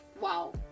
Wow